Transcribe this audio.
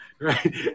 right